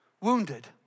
wounded